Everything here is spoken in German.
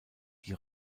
die